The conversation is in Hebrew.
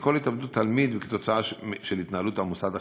כל התאבדות תלמיד להתנהלות המוסד החינוכי.